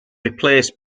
replaced